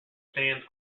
stands